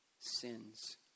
sins